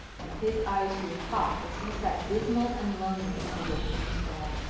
and his eyes grew hot as he sat dismal and lonely away from his girl.